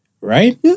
Right